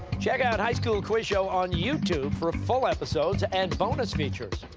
check out high school quiz show on youtube for full episodes and bonus features.